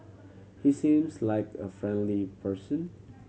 he seems like a friendly person